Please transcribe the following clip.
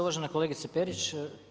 Uvažena kolegice Perić.